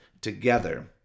together